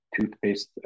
toothpaste